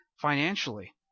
financially